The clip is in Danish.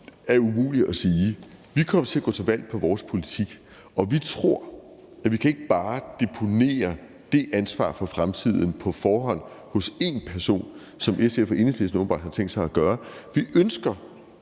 er umuligt at sige. Vi kommer til at gå til valg på vores politik, og vi tror, at vi ikke bare kan deponere ansvaret for fremtiden på forhånd hos én person, som SF og Enhedslisten åbenbart har tænkt sig at gøre. Vi ønsker